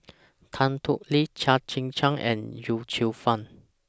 Tan Thoon Lip Chia Tee Chiak and Yip Cheong Fun